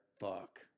Fuck